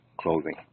clothing